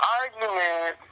argument